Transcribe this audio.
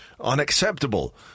unacceptable